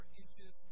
inches